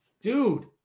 Dude